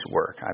work